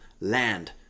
Land